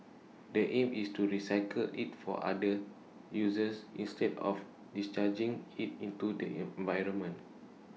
the aim is to recycle IT for other users instead of discharging IT into the environment